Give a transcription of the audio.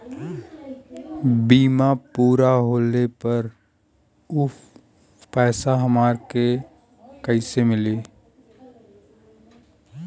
बीमा पूरा होले पर उ पैसा हमरा के कईसे मिली?